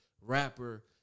rapper